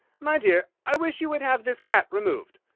my dear! i wish you would have this cat removed!